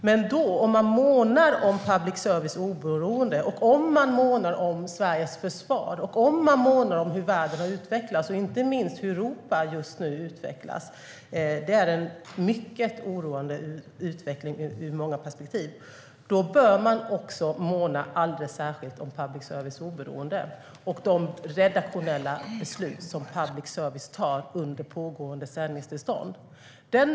Men om man månar om public services oberoende, om man månar om Sveriges försvar och om man månar om hur världen utvecklas - och inte minst hur Europa just nu utvecklas, vilket är en mycket oroande utveckling ur många perspektiv - bör man också måna alldeles särskilt om public services oberoende och de redaktionella beslut som public service tar under pågående sändningstillstånd.